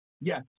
Yes